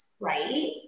Right